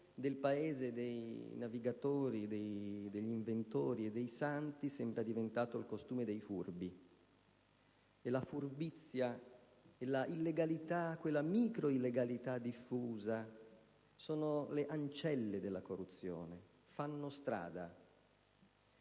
il costume del Paese dei navigatori, degli inventori e dei santi sembra diventato il costume dei furbi e la furbizia e l'illegalità, quella microillegalità diffusa, sono le ancelle della corruzione, fanno strada.